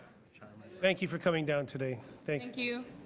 but thank you for coming down today. thank you.